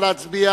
נא להצביע.